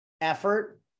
effort